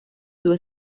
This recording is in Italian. due